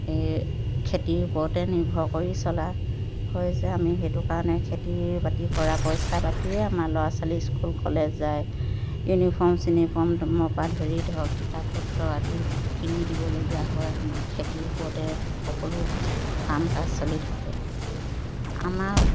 এই খেতিৰ ওপৰতে নিৰ্ভৰ কৰি চলা হৈছে আমি সেইটো কাৰণে খেতি বাতি কৰা পইচা পাতিয়ে আমাৰ ল'ৰা ছোৱালী স্কুল কলেজ যায় ইউনিফৰ্ম চিউননিফৰ্মৰপৰা ধৰি ধৰক কিতাপপত্ৰ আদি কিনি দিবলগীয়া হয় আমাৰ খেতিৰ ওপৰতে সকলো কাম কাজ চলি থাকে আমাৰ